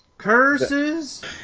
curses